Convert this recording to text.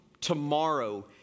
Tomorrow